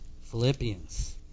Philippians